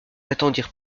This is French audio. attendirent